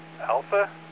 Alpha